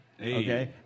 okay